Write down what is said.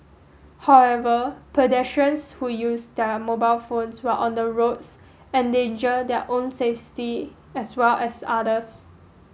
however pedestrians who use their mobile phones while on the roads endanger their own safety as well as others